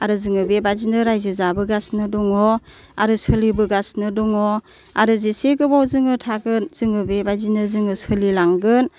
आरो जोङो बेबायदिनो रायजो जाबोगासिनो दङ आरो सोलिबोगासिनो दङ आरो जेसे गोबाव जोङो थागोन जोङो बेबायदिनो जोङो सोलिलांगोन